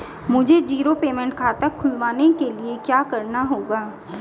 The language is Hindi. मुझे जीरो पेमेंट खाता खुलवाने के लिए क्या करना होगा?